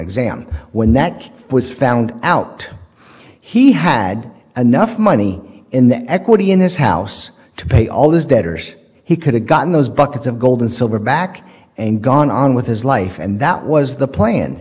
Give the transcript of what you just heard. exam when that was found out he had enough money in the equity in his house to pay all these debtors he could have gotten those buckets of gold and silver back and gone on with his life and that was the plan